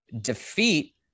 defeat